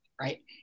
right